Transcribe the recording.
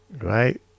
Right